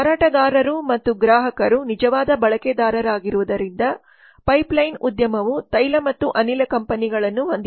ಮಾರಾಟಗಾರರು ಮತ್ತು ಗ್ರಾಹಕರು ನಿಜವಾದ ಬಳಕೆದಾರರಾಗಿರುವುದರಿಂದ ಪೈಪ್ಲೈನ್ ಉದ್ಯಮವು ತೈಲ ಮತ್ತು ಅನಿಲ ಕಂಪನಿಗಳನ್ನು ಹೊಂದಿದೆ